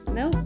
no